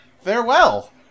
Farewell